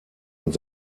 und